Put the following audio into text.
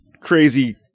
crazy